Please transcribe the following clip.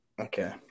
Okay